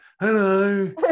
hello